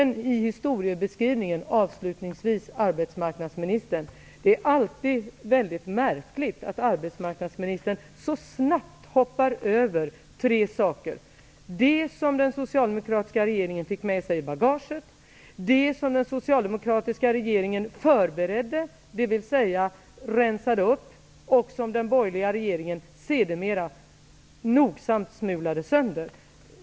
När det slutligen gäller historieskrivningen, är det alltid märkligt att arbetsmarknadsministern så snabbt hoppar över tre saker: det som den socialdemokratiska regeringen fick med sig i bagaget, det som den socialdemokratiska regeringen förberedde, dvs. rensade upp, och det som den borgerliga regeringen sedermera nogsamt smulade sönder.